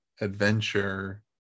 adventure